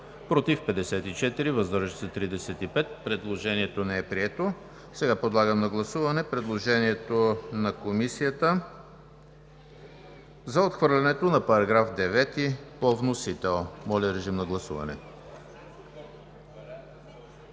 против 54, въздържали се 35. Предложението не е прието. Сега подлагам на гласуване предложението на Комисията за отхвърлянето на § 9 по вносител. Гласували